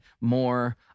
more